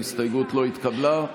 ההסתייגות לא התקבלה.